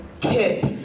tip